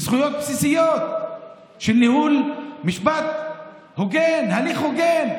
בזכויות בסיסיות של ניהול משפט הוגן, הליך הוגן,